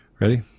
Ready